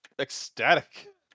ecstatic